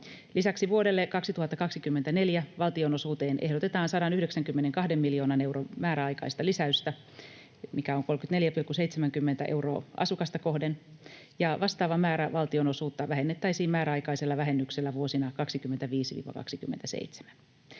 Lisäksi vuodelle 2024 valtionosuuteen ehdotetaan 192 miljoonan euron määräaikaista lisäystä, mikä on 34,70 euroa asukasta kohden, ja vastaava määrä valtionosuutta vähennettäisiin määräaikaisilla vähennyksillä vuosina 25—27.